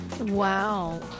Wow